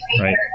Right